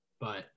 But-